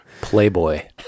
Playboy